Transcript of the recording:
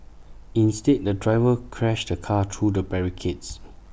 instead the driver crashed the car through the barricades